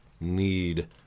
need